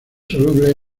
soluble